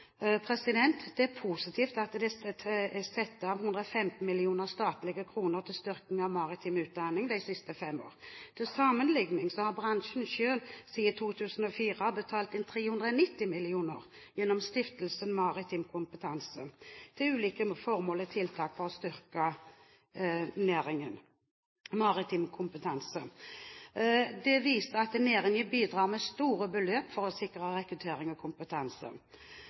positivt at det er satt av 115 millioner statlige kroner til styrking av maritim sektor de siste fem år. Til sammenligning har bransjen selv siden 2004 betalt inn 390 mill. kr gjennom Stiftelsen Norsk Maritim Kompetanse til ulike formål og tiltak for å styrke næringen og norsk maritim kompetanse. Det viser at næringen bidrar med store beløp for å sikre rekruttering og kompetanse.